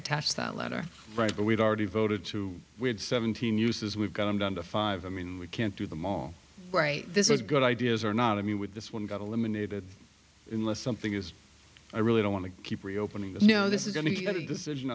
attached that letter right but we've already voted two we had seventeen uses we've got them down to five i mean we can't do them all right this is good ideas or not i mean with this one got eliminated unless something is i really don't want to keep reopening but no this is going to go to decision